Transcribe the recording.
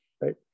Right